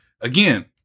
again